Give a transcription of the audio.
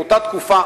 באותה תקופה,